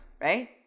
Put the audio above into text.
right